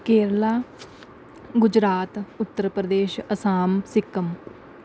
Kerala Gujarat Uttar Pradesh Assam Sikkim